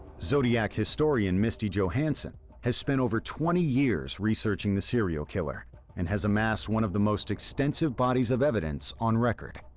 zodiac historian misty johansen has spent over twenty years researching the serial killer and has amassed one of the most extensive bodies of evidence on record.